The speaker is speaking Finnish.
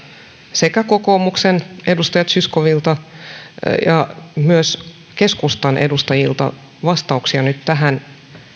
sekä kokoomuksen edustaja zyskowiczilta että myös keskustan edustajilta vastauksia nyt tähän